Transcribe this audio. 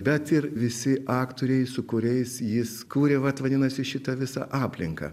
bet ir visi aktoriai su kuriais jis kūrė vat vadinasi šitą visą aplinką